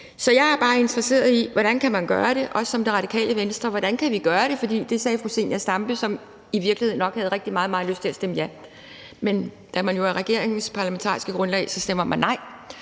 Så jeg er bare interesseret i, hvordan man kan gøre det, og som Radikale Venstre sagde: Hvordan kan vi gøre det? Det sagde fru Zenia Stampe, som i virkeligheden nok havde rigtig meget lyst til at stemme ja – men da man jo er regeringens parlamentariske grundlag, stemmer man nej;